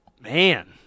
Man